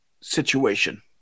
situation